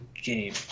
game